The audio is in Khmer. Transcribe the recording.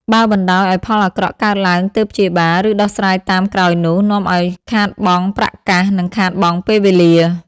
បើបណ្ដោយឲ្យផលអាក្រក់កើតឡើងទើបព្យាបាល ឬដោះស្រាយតាមក្រោយនោះ នាំឲ្យខាតបង់ប្រាក់កាស និងខាតបង់ពេលវេលា ។